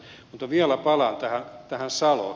mutta vielä palaan tähän saloon